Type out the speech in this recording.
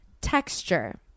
Texture